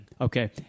Okay